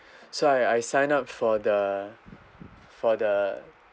so I I signed up for the for the